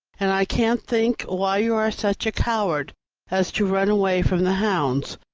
and i can't think why you are such a coward as to run away from the hounds.